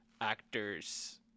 actors